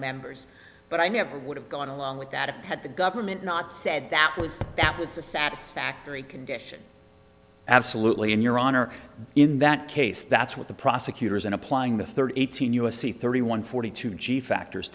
members but i never would have gone along with that it had the government not said that was that was a satisfactory condition absolutely and your honor in that case that's what the prosecutors and applying the third eighteen u s c thirty one forty two g factors